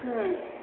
ହୁଁ